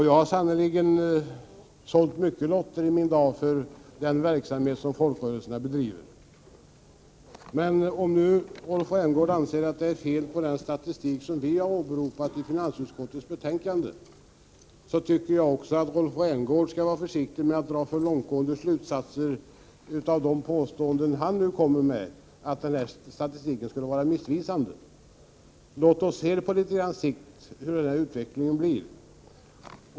Jag har sannerligen sålt många lotter i mina dar till förmån för den verksamhet som dessa folkrörelser bedriver. Men även om Rolf Rämgård anser att det är något fel på den statistik som finansutskottet åberopar tycker jag att han inte skall dra för långtgående slutsatser av det påståendet. Låt oss se på litet längre sikt hur utvecklingen blir!